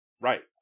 Right